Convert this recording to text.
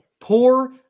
poor